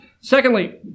Secondly